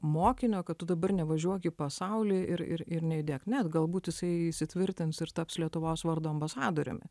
mokinio kad tu dabar nevažiuok į pasaulį ir ir ir nejudėk ne galbūt jisai įsitvirtins ir taps lietuvos vardo ambasadoriumi